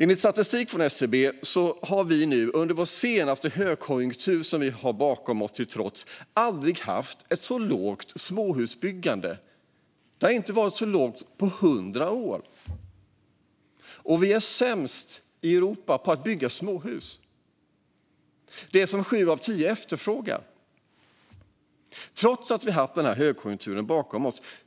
Enligt statistik från SCB har vi inte haft ett så lågt småhusbyggande på 100 år, trots den högkonjunktur vi har bakom oss. Vi är sämst i Europa på att bygga småhus - det som sju av tio efterfrågar.